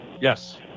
Yes